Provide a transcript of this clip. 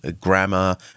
grammar